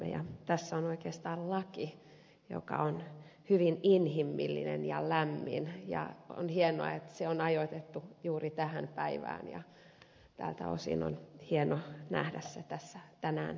tässä on oikeastaan laki joka on hyvin inhimillinen ja lämmin ja on hienoa että se on ajoitettu juuri tähän päivään ja tältä osin on hienoa nähdä se tänään tässä pöydällä